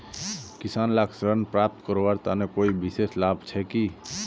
किसान लाक ऋण प्राप्त करवार तने कोई विशेष लाभ छे कि?